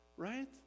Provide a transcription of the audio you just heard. right